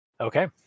Okay